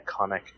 iconic